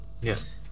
Yes